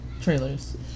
trailers